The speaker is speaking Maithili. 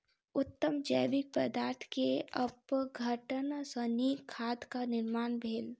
उत्तम जैविक पदार्थ के अपघटन सॅ नीक खादक निर्माण भेल